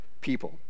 people